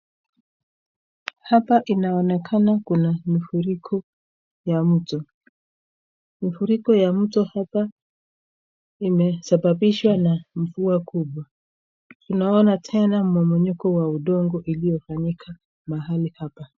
Hapa inaonekana kuna mafuriko ya mto. Mafuriko ya mtu hapa inasababishwa na mvua kubwa. Tunaona tena mmomonyoko wa udongo iliyofanyika mahali hapa.